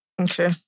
Okay